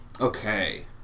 Okay